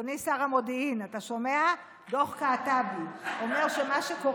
אדוני שר המודיעין, אתה שומע?